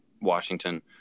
Washington